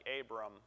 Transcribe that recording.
Abram